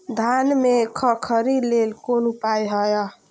धान में खखरी लेल कोन उपाय हय?